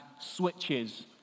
switches